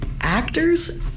actors